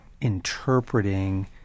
interpreting